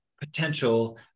potential